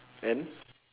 and